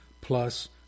plus